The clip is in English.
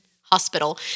hospital